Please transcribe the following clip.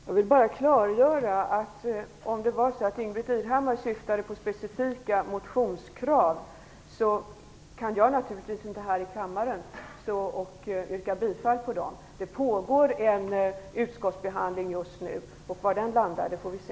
Herr talman! Jag vill bara klargöra följande. Om Ingbritt Irhammar syftade på specifika motionskrav, kan jag naturligtvis inte här i kammaren stå och yrka bifall till dem. Det pågår en utskottsbehandling just nu. Var den landar får vi se.